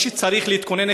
או שצריך להתכונן,